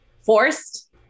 forced